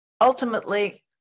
ultimately